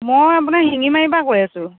মই আপোনাৰ শিঙিমাৰীৰ পৰা কৈ আছোঁ